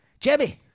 Jebby